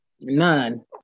None